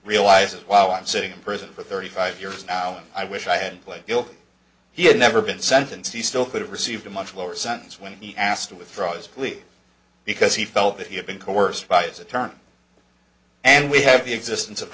realizes wow i'm sitting in prison for thirty five years now and i wish i had played he had never been sentenced he still could have received a much lower sentence when he asked to withdraw his plea because he felt that he had been coerced by his attorney and we have the existence of